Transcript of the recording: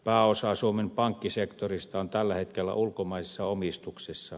pääosa suomen pankkisektorista on tällä hetkellä ulkomaisessa omistuksessa